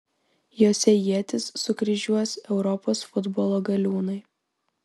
jose ietis sukryžiuos europos futbolo galiūnai